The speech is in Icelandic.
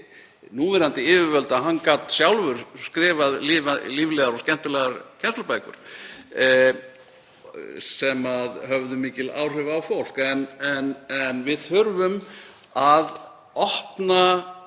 núverandi yfirvöld að hann gat sjálfur skrifað líflegar og skemmtilegar kennslubækur sem höfðu mikil áhrif á fólk. Við þurfum að opna